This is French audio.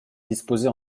disposés